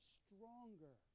stronger